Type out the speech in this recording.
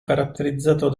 caratterizzato